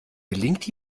gelingt